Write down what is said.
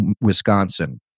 Wisconsin